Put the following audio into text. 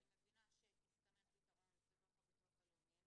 ואני מבינה שהסתמן פתרון בתוך ביטוח לאומי,